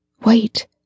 Wait